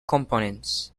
components